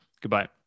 goodbye